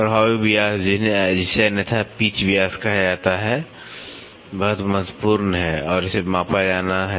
प्रभावी व्यास जिसे अन्यथा पिच व्यास कहा जाता है बहुत महत्वपूर्ण है और इसे मापा जाना है